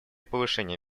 повышения